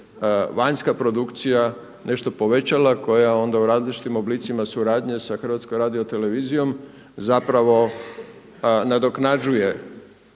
vanjska produkcija nešto povećala koja onda u različitim oblicima suradnje sa HRT-om zapravo nadoknađuje